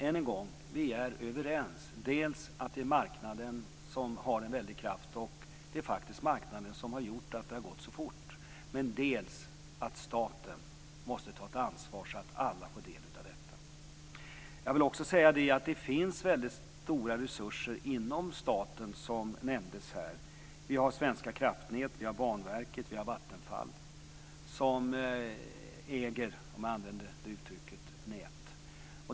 Än en gång: Vi är överens om att det är marknaden, som har en väldig kraft, som har gjort att det har gått så fort och att staten måste ta ett ansvar, så att alla får del av detta. Jag vill också säga att det finns väldigt stora resurser inom staten, som nämndes här. Vi har Svenska Kraftnät, vi har Banverket och vi har Vattenfall som äger nät, om jag använder det uttrycket.